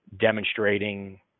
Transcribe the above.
demonstrating